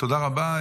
תודה רבה.